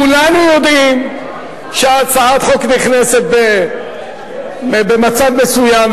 כולנו יודעים שהצעת חוק נכנסת במצב מסוים,